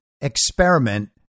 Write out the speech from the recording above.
experiment